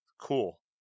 cool